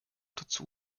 dazu